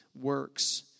works